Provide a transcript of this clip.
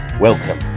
Welcome